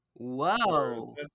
Whoa